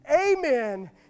Amen